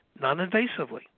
non-invasively